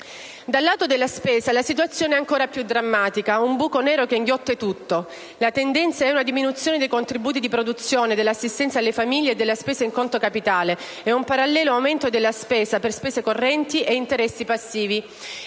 Dal lato della spesa, la situazione è ancora più drammatica: un buco nero che inghiotte tutto. La tendenza è una diminuzione dei contributi di produzione, dell'assistenza alle famiglie e della spesa in conto capitale e un parallelo aumento della spesa per spese correnti e interessi passivi.